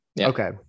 Okay